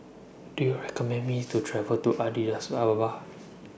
Do YOU recommend Me to travel to Addis Ababa